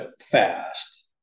fast